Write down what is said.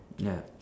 ya